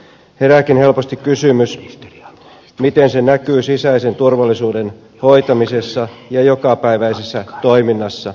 herääkin helposti kysymys miten se näkyy sisäisen turvallisuuden hoitamisessa ja jokapäiväisessä toiminnassa